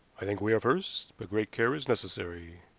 i think we are first, but great care is necessary,